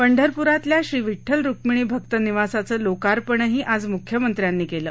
पंढरपुरातल्या श्री विड्डल रुक्मिणी भक्त निवासाचं लोकार्पणही आज मुख्यमंत्र्यांनी केलं